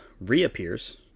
reappears